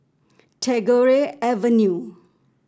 Tagore Avenue